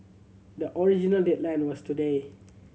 the original deadline was today